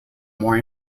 more